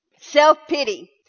Self-pity